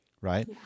right